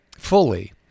fully